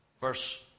Verse